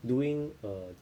doing err